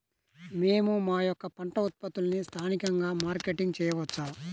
మేము మా యొక్క పంట ఉత్పత్తులని స్థానికంగా మార్కెటింగ్ చేయవచ్చా?